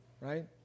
right